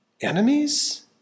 Enemies